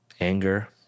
anger